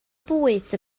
bwyd